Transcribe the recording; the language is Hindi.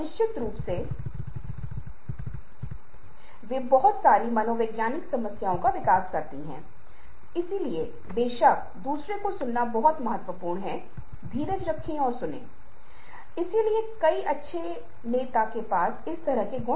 दूसरी ओर यदि वही बस भारत में देश की ओर से यात्रा कर रही है तो आप पा सकते हैं कि एक व्यक्ति जिस क्षण में चलता है और एक व्यक्ति को बैठा पाता है वह जा सकता है और उस व्यक्ति के बगल में बैठ सकता है क्योंकि यहाँ लोग अभी तक एक दूसरे से बात करते नहीं थक रहे हैं इसलिए अलग अलग स्थानों पर अलग अलग अनुष्ठान होते हैं